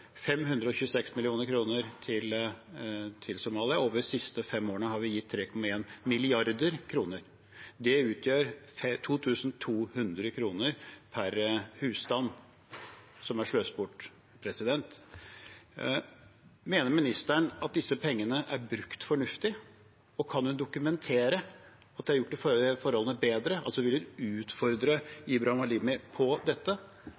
526 mill. kr til Somalia. Over de siste fem årene har vi gitt 3,1 mrd. kr. Det utgjør 2 200 kr per husstand, som er sløst bort. Mener ministeren at disse pengene er brukt fornuftig, og kan hun dokumentere at det har gjort forholdene bedre? Vil hun utfordre Halimi Ibrahim på dette,